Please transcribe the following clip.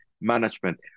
management